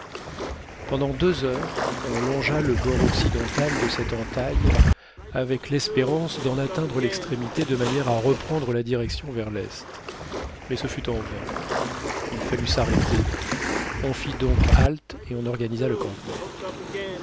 pendant deux heures on longea le bord occidental de cette entaille avec l'espérance d'en atteindre l'extrémité de manière à reprendre la direction vers l'est mais ce fut en vain il fallut s'arrêter on fit donc halte et on organisa le campement